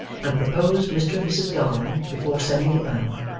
and proposed mr and mrs garland before sending it round,